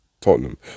Tottenham